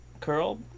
Curl